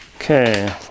Okay